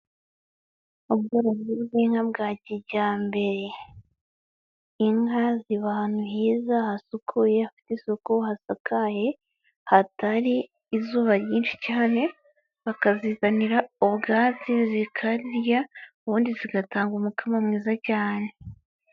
Ubworozi bw'inka bwa kijyambe. Inka ziba ahantu heza hasukuye hafite isuku hasagaye hatari izuba ryinshi cyane, bakazizanira ubwatsi zikarya ubundi zigatanga umukamo mwiza cyane.